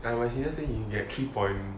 my senior say he get three point